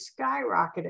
skyrocketed